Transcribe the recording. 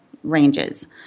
Ranges